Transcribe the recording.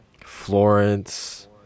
Florence